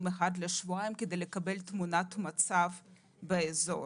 אחת לשבועיים כדי לקבל תמונת מצב באזור.